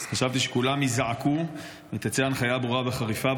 חשבתי שכולם יזדעקו ותצא הנחיה ברורה וחריפה.